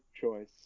choice